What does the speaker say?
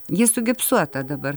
ji sugipsuota dabar